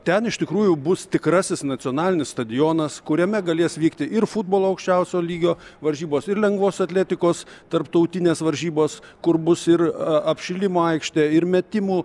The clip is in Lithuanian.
ten iš tikrųjų bus tikrasis nacionalinis stadionas kuriame galės vykti ir futbolo aukščiausio lygio varžybos ir lengvosios atletikos tarptautinės varžybos kur bus ir apšilimo aikštė ir metimų